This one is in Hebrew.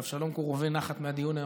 ואבשלום קור רווה נחת מהדיון היום,